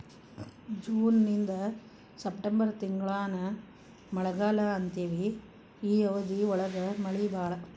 June ಇಂದ September ತಿಂಗಳಾನ ಮಳಿಗಾಲಾ ಅಂತೆವಿ ಈ ಅವಧಿ ಒಳಗ ಮಳಿ ಬಾಳ